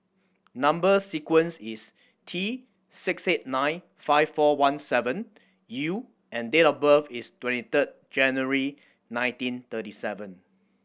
number sequence is T six eight nine five four one seven U and date of birth is twenty third January nineteen thirty seven